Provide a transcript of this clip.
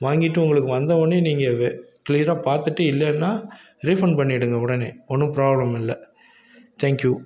வாங்கிவிட்டு உங்களுக்கு வந்த ஒடனே நீங்கள் வெ கிளியராக பார்த்துட்டு இல்லைனா ரீஃபன் பண்ணிவிடுங்க உடனே ஒன்றும் ப்ரோப்ளம் இல்லை தேங்க்யூ